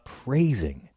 praising